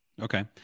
Okay